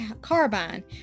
carbine